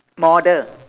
model